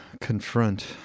confront